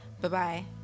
Bye-bye